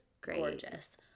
gorgeous